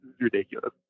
ridiculous